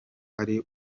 ari